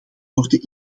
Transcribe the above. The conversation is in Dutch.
worden